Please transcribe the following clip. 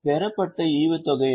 பெறப்பட்ட ஈவுத்தொகை என்ன